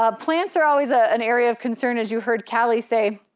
ah plants are always ah an area of concern as you heard kelly say,